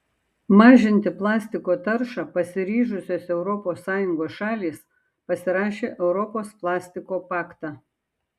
mažinti plastiko taršą pasiryžusios europos sąjungos šalys pasirašė europos plastiko paktą